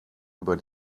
über